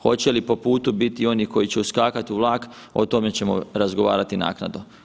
Hoće li po putu bit i oni koji će uskakat u vlak, o tome ćemo razgovarati naknadno.